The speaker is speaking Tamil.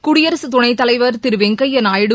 குடியரகத் துணை தலைவர் திரு வெங்கப்யா நாயுடு